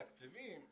תקציבים,